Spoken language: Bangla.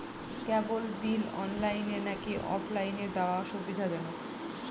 কেবল বিল অনলাইনে নাকি অফলাইনে দেওয়া সুবিধাজনক?